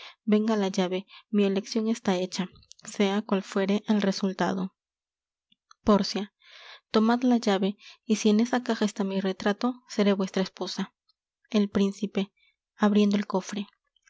venga la llave mi eleccion está hecha sea cual fuere el resultado pórcia tomad la llave y si en esa caja está mi retrato seré vuestra esposa el príncipe abriendo el cofre